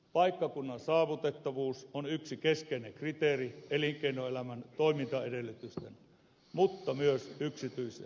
paikkakunnan saavutettavuus on yksi keskeinen kriteeri elinkeinoelämän toimintaedellytysten mutta myös yksityisten kansalaisten kannalta